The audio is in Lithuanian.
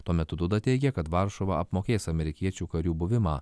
tuo metu duda teigia kad varšuva apmokės amerikiečių karių buvimą